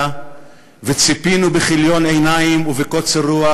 וציפינו בכיליון עיניים ובקוצר רוח,